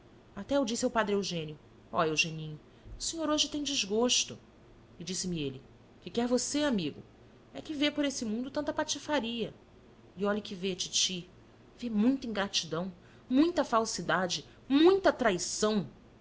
até eu disse ao padre eugênio o eugeninho o senhor hoje tem desgosto e disse-me ele que quer você amigo e que vê por esse mundo tanta patifaria e olhe que vê titi vê muita ingratidão muita falsidade muita traição